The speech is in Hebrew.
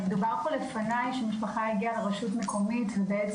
דובר פה לפניי שמשפחה הגיעה לרשות מקומית ועובדת